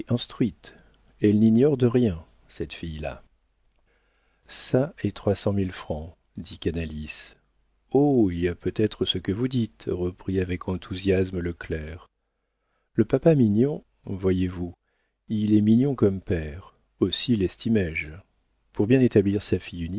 instruite elle n'ignore de rien cette fille-là çà et trois cent mille francs dit canalis oh il y a peut-être ce que vous dites reprit avec enthousiasme le clerc le papa mignon voyez-vous il est mignon comme père aussi lestimé je pour bien établir sa fille